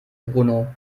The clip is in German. bruno